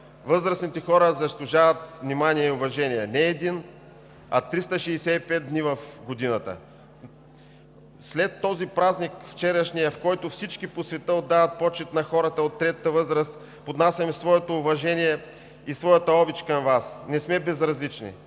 Възрастните хора заслужават внимание и уважение не един, а 365 дни в годината. След вчерашния празник, в който всички по света отдават почит на хората от третата възраст, поднасяме своето уважение и своята обич към Вас! Не сме безразлични,